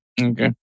Okay